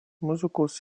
muzikos